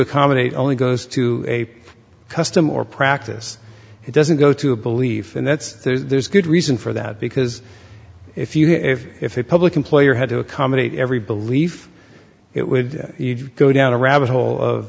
accommodate only goes to a custom or practice it doesn't go to a belief and that's there's good reason for that because if you have if a public employer had to accommodate every belief it would go down a rabbit hole of